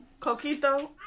Coquito